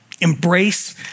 embrace